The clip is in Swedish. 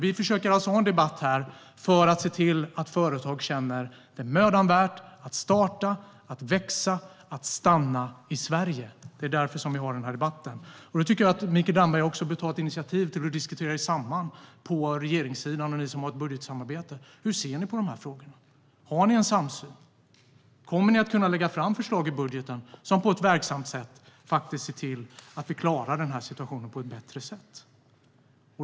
Vi försöker alltså ha en debatt här för att se till att företag ska känna att det är mödan värt att starta, växa och stanna i Sverige. Det är därför som vi har den här debatten. Då tycker jag att Mikael Damberg bör ta ett initiativ så att ni på regeringssidan och ni som har ett budgetsamarbete diskuterar er samman. Hur ser ni på de här frågorna? Har ni en samsyn? Kommer ni att kunna lägga fram förslag i budgeten som faktiskt gör att vi klarar den här situationen på ett bättre sätt?